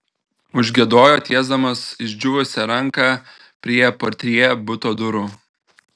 užgiedojo tiesdamas išdžiūvusią ranką prie portjė buto durų